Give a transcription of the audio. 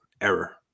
error